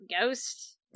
ghost